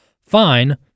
fine